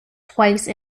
twice